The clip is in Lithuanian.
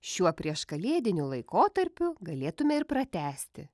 šiuo prieškalėdiniu laikotarpiu galėtume ir pratęsti